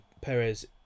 Perez